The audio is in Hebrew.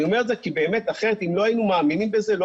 אני אומר את זה כי אם לא היינו מאמינים בזה,